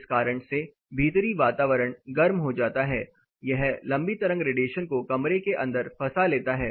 इस कारण से भीतरी वातावरण गर्म हो जाता है यह लंबी तरंग रेडिएशन को कमरे के अंदर फसा लेता है